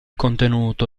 contenuto